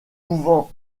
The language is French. pouvant